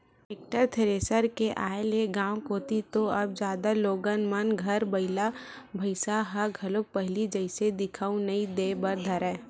tractor, thresher के आय ले गाँव कोती तो अब जादा लोगन मन घर बइला भइसा ह घलोक पहिली जइसे दिखउल नइ देय बर धरय